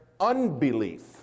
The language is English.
unbelief